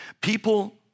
people